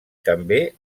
també